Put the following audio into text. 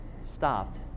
stopped